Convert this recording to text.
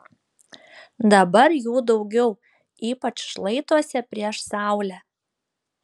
dabar jų daugiau ypač šlaituose prieš saulę